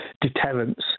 deterrence